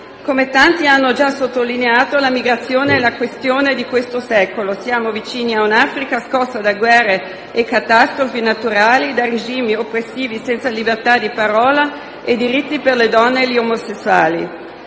Come tanti hanno già sottolineato la migrazione è la questione del secolo. Siamo vicini a un'Africa scossa da guerre e catastrofi naturali, da regimi oppressivi senza libertà di parola e diritti per le donne e gli omosessuali.